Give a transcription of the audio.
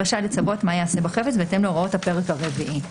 השופט רשאי לצוות מה ייעשה בחפץ בהתאם להוראות הפרק הרביעי.